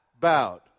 bowed